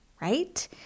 right